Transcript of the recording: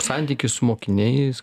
santykį su mokiniais